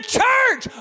church